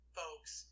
folks